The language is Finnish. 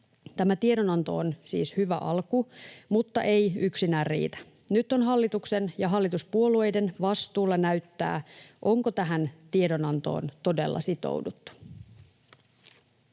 Tämä tiedonanto on siis hyvä alku mutta ei yksinään riitä. Nyt on hallituksen ja hallituspuolueiden vastuulla näyttää, onko tähän tiedonantoon todella sitouduttu.